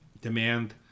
demand